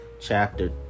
Chapter